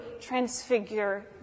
transfigure